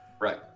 right